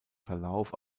verlauf